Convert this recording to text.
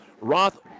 Roth